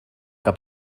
que